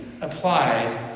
applied